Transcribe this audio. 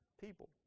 people